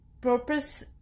purpose